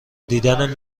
دیدن